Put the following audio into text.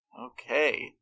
Okay